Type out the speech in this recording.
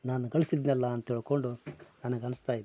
ನಾನು ಗಳ್ಸಿದ್ದನಲ್ಲ ಅಂತ ಹೇಳ್ಕೊಂಡು ನನಗೆ ಅನಿಸ್ತಾಯಿದೆ ಅಂತ